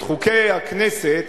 את חוקי הכנסת,